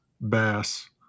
bass